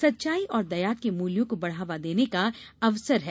सच्चाई और दया के मूल्यों को बढ़ावा देने का अवसर है